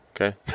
Okay